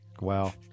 Wow